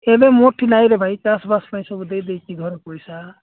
ଏବେ ମୋର୍ଠି ନାଇଁରେ ଭାଇ ଚାଷବାସ ପାଇଁ ସବୁ ଦେଇଦେଇଛି ଘରେ ପଇସା